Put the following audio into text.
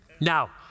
Now